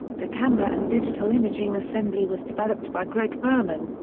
the camera and digital imaging assembly was developed by greg berman,